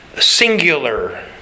singular